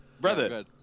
Brother